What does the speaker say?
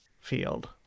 field